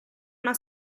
una